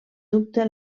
dubte